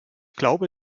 glaube